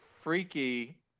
Freaky